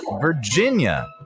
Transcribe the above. Virginia